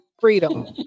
Freedom